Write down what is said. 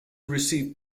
received